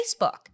Facebook